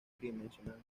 tridimensional